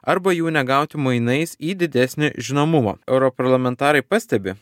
arba jų negauti mainais į didesnį žinomumą europarlamentarai pastebi